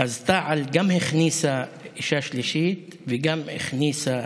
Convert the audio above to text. אז תע"ל גם הכניסה אישה שלישית וגם הכניסה